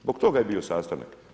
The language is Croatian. Zbog toga je bio sastanak.